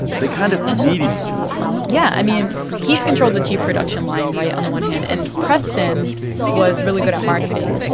they kind of needed each other yeah. i mean, keith controlled the chief production line right? on the one hand. and preston was really good at marketing,